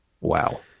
Wow